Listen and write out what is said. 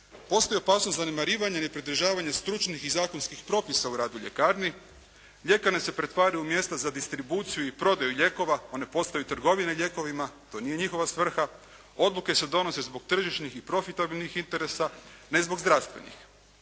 Postoji opasnost zanemarivanja i nepridržavanja stručnih i zakonskih propisa u radu ljekarni. Ljekarne se pretvaraju u mjesta za distribuciju i prodaju lijekova. One postaju trgovine lijekovima. To nije njihova svrha. Odluke se donose zbog tržišnih i profitabilnih interesa, ne zbog zdravstvenih.